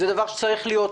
זה דבר שצריך להיות,